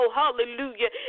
hallelujah